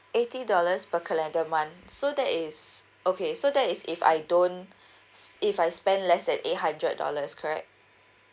eighty dollars per calendar month so that is okay so that is if I don't if I spend less than eight hundred dollars correct